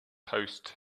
post